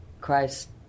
Christ